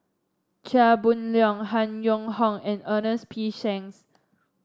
Chia Boon Leong Han Yong Hong and Ernest P Shanks